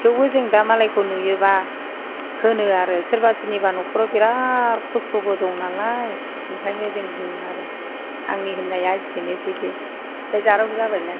थेवबो जों दा मालायखौ नुयोबा होनो आरो सोरबा सोरनिबा नखराव बिराद खस्थ'बो दंनालाय ओंखायनो जों होनो आरो आंनि होन्नाया एसेनोसैदि नै जारौ जाबायनदां